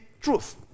truth